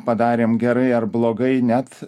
padarėm gerai ar blogai net